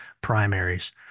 primaries